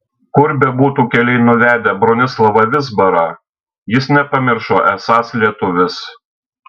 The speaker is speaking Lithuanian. kur bebūtų keliai nuvedę bronislavą vizbarą jis nepamiršo esąs lietuvis